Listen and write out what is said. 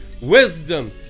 wisdom